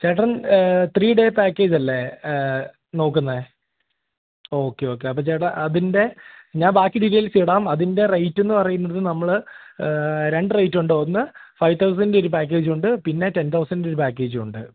ചേട്ടൻ three day പാക്കേജല്ലേ നോക്കുന്നത് ഓക്കെ ഓക്കെ അപ്പോള് ചേട്ടാ അതിൻ്റെ ഞാൻ ബാക്കി ഡീറ്റൈൽസിടാം അതിൻ്റെ റേറ്റെന്ന് പറയുന്നത് നമ്മള് രണ്ട് റേറ്റുണ്ട് ഒന്ന് ഫൈവ് തൗസൻഡിന്റെ ഒരു പാക്കേജുണ്ട് പിന്നെ ടെൻ തൗസൻഡിന്റെ ഒരു പാക്കേജുമുണ്ട്